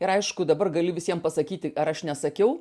ir aišku dabar gali visiem pasakyti ar aš nesakiau